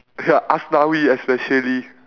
ya aslawi especially